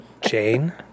Jane